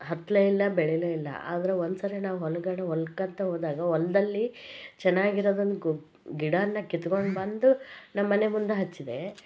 ಹತ್ತಲೇ ಇಲ್ಲ ಬೆಳಿಲೇ ಇಲ್ಲ ಆದ್ರೆ ಒಂದು ಸರಿ ನಾವು ಹೊಲದಕಡೆ ಹೊಲಕ್ಕಂತ ಹೋದಾಗ ಹೊಲ್ದಲ್ಲಿ ಚೆನ್ನಾಗ್ ಇರೋದನ್ನು ಗು ಗಿಡವನ್ನು ಕಿತ್ಕೊಂಡು ಬಂದು ನಮ್ಮಮನೆ ಮುಂದೆ ಹಚ್ಚಿದೆ